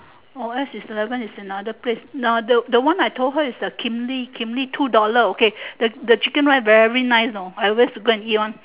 or else is eleven is another place now the the one I told her is kim-lee kim-lee two dollar okay the chicken rice very nice know I always go and eat one